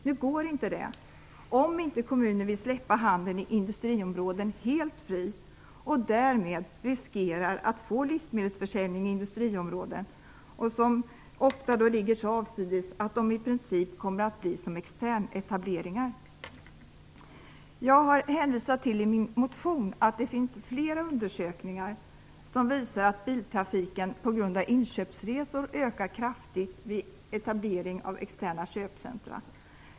Nu går inte det, om inte kommunen vill släppa handeln i industriområden helt fri och därmed riskera att få livsmedelsförsäljning i industriområden, som ofta ligger så avsides att de i princip kommer att bli som externetableringar. Jag har i min motion hänvisat till att det finns flera undersökningar som visar att biltrafiken på grund av inköpsresor ökar kraftigt vid etablering av externa köpcentrum.